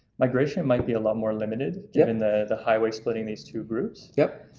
migration might be a lot more limited, given the highway splitting these two groups. yep.